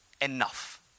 Enough